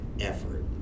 effort